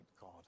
God